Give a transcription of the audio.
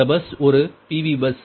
இந்த பஸ் ஒரு PV bus